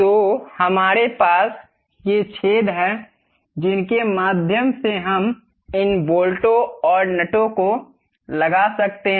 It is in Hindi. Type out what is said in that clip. तो हमारे पास ये छेद हैं जिनके माध्यम से हम इन बोल्टों और नटों को लगा सकते हैं